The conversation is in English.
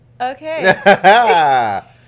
Okay